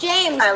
James